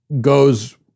goes